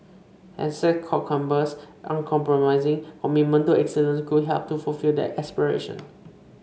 Essex Court Chambers uncompromising commitment to excellence could help to fulfil that aspiration